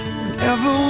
Whenever